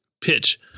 pitch